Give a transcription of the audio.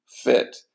fit